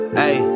hey